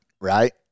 right